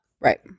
Right